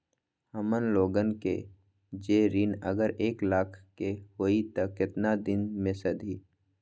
हमन लोगन के जे ऋन अगर एक लाख के होई त केतना दिन मे सधी?